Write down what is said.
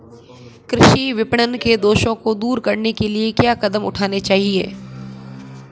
कृषि विपणन के दोषों को दूर करने के लिए क्या कदम उठाने चाहिए?